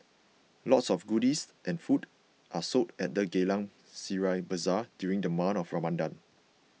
lots of goodies and food are sold at the Geylang Serai Bazaar during the month of Ramadan